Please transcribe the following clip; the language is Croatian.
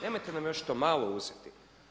Nemojte nam još to malo uzeti.